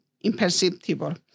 imperceptible